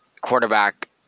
quarterback